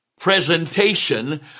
presentation